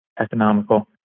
economical